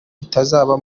bitazaba